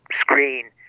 screen